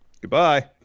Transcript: Goodbye